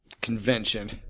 convention